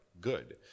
good